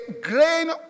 grain